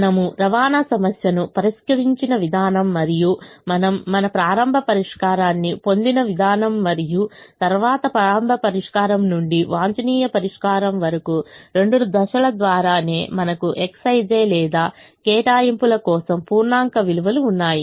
మనము రవాణా సమస్యను పరిష్కరించిన విధానం మరియు మనము మన ప్రారంభ పరిష్కారాన్ని పొందిన విధానం మరియు తరువాత ప్రారంభ పరిష్కారం నుండి వాంఛనీయ పరిష్కారం వరకు రెండు దశల ద్వారానే మనకు Xij లేదా కేటాయింపుల కోసం పూర్ణాంక విలువలు ఉన్నాయి